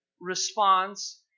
response